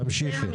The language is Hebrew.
תמשיכי.